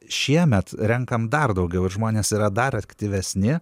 šiemet renkam dar daugiau žmonės yra dar aktyvesni